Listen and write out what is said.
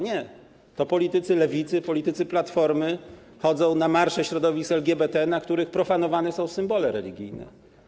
Nie, to politycy Lewicy, politycy Platformy chodzą na marsze środowisk LGBT, na których profanowane są symbole religijne.